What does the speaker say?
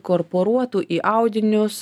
korporuotų į audinius